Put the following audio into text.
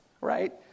right